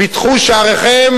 פתחו שעריכם.